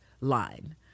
line